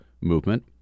movement